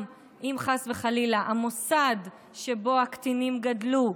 אם חס וחלילה המוסד שבו הקטינים גדלו,